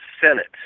Senate